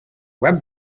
web